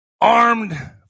armed